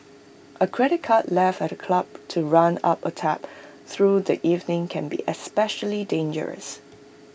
A credit card left at the club to run up A tab through the evening can be especially dangerous